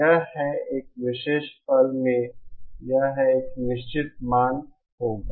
यह है एक विशेष पल में यह एक निश्चित मान होगा